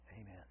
Amen